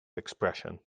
expression